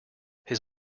his